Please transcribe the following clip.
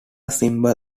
symbol